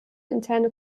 interne